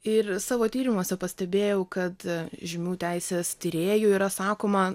ir savo tyrimuose pastebėjau kad žymių teisės tyrėjų yra sakoma